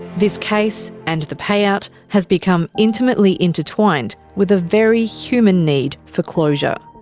this case, and the payout, has become intimately intertwined with a very human need for closure.